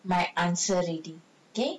my answer already okay